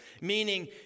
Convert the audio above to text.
Meaning